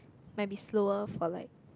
maybe slower for like